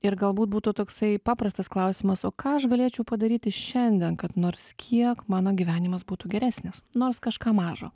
ir galbūt būtų toksai paprastas klausimas o ką aš galėčiau padaryti šiandien kad nors kiek mano gyvenimas būtų geresnis nors kažką mažo